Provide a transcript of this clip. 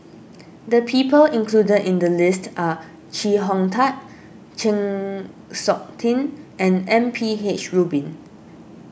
the people included in the list are Chee Hong Tat Chng Seok Tin and M P H Rubin